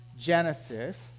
Genesis